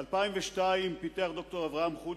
ב-2002 פיתח ד"ר אברהם חולי,